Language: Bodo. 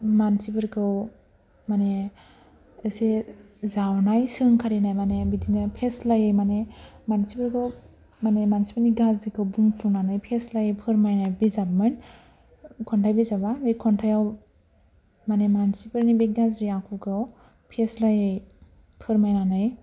मानसिफोरखौ माने एसे जावनाय सोंखारिनाय माने बिदिनो फेस्लायै माने मानसिफोरखौ माने मानसिफोरनि गाज्रिखौ बुंफुंनानै फेस्लायै फोरमायनाय बिजाबमोन खन्थाइ बिजाबा बे खन्थाइआव माने मानसिफोरनि बे गाज्रि आखुखौ फेस्लायै फोरमायनानै